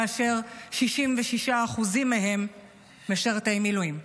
כאשר 66% מהם משרתי מילואים.